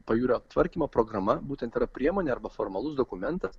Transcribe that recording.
pajūrio tvarkymo programa būtent tėra priemonė arba formalus dokumentas